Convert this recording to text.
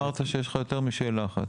אמרת שיש לך יותר משאלה אחת.